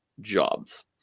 jobs